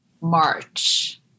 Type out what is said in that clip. March